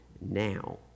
now